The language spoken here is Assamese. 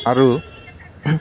আৰু